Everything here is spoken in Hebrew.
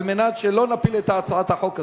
כדי שלא נפיל את הצעת החוק הזאת.